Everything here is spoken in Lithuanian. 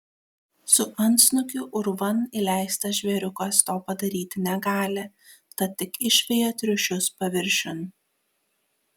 su antsnukiu urvan įleistas žvėriukas to padaryti negali tad tik išveja triušius paviršiun